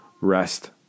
rest